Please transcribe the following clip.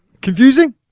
Confusing